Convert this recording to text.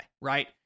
right